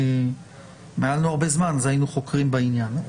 עשויה להיות בשליטה מלאה.